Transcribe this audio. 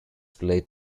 played